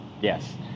Yes